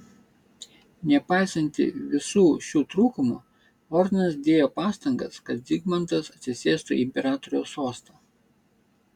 nepaisantį visų šių trūkumų ordinas dėjo pastangas kad zigmantas atsisėstų į imperatoriaus sostą